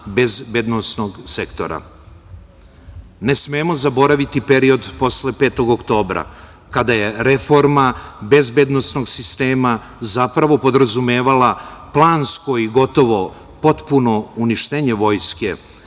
bezbednosnog sektora. Ne smemo zaboraviti period posle 5. oktobra, kada je reforma bezbednosnog sistema zapravo podrazumevala plansko i gotovo potpuno uništenje vojske,